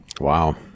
wow